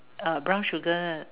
uh brown sugar